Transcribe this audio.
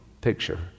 picture